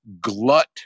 glut